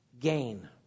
gain